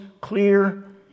clear